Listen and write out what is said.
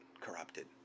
corrupted